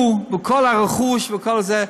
הוא וכל הרכוש וכל זה,